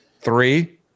Three